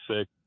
sick